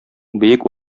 бөек